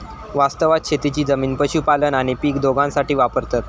वास्तवात शेतीची जमीन पशुपालन आणि पीक दोघांसाठी वापरतत